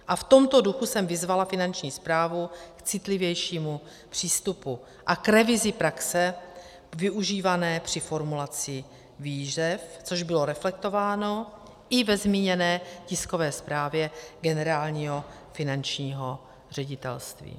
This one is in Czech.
A v tomto duchu jsem vyzvala Finanční správu k citlivějšímu přístupu a k revizi praxe využívané při formulaci výzev, což bylo reflektováno i ve zmíněné tiskové zprávě Generálního finančního ředitelství.